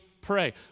pray